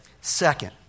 second